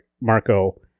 Marco